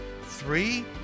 Three